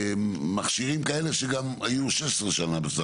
מכשירים כאלה שגם היו בסך הכול 16 שנים.